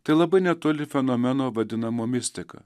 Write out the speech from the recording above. tai labai netoli fenomeno vadinamo mistika